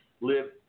live